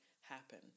happen